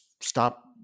stop